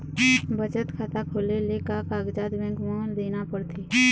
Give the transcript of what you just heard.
बचत खाता खोले ले का कागजात बैंक म देना पड़थे?